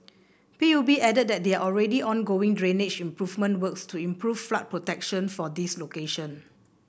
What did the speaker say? P U B added that there are already ongoing drainage improvement works to improve flood protection for these location